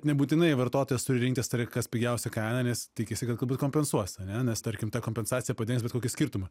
nebūtinai vartotojas turi rinktis tai kas pigiausia kaina nes tikisi kad galbūt kompensuos anenes tarkim ta kompensacija padengs bet kokį skirtumą